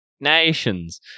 nations